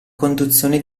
conduzione